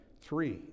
Three